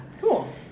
cool